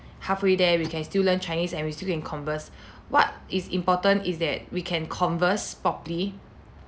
halfway there we can still learn chinese and we still can converse what is important is that we can converse properly